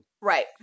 Right